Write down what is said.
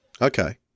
Okay